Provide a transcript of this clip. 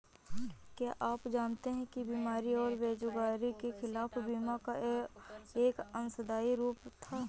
क्या आप जानते है बीमारी और बेरोजगारी के खिलाफ बीमा का एक अंशदायी रूप था?